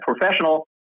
professional